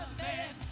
man